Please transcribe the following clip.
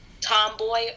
Tomboy